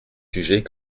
sujet